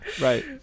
right